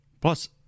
Plus